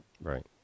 Right